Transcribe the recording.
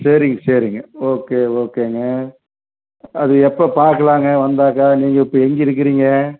சரிங் சரிங்க ஓகே ஓகேங்க அது எப்போ பார்க்கலாங்க வந்தாக்கால் நீங்கள் இப்போ எங்கே இருக்கிறீங்க